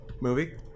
Movie